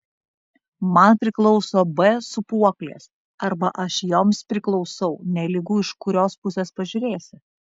man priklauso b sūpuoklės arba aš joms priklausau nelygu iš kurios pusės pažiūrėsi